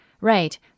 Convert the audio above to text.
Right